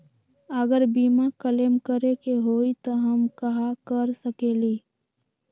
अगर बीमा क्लेम करे के होई त हम कहा कर सकेली?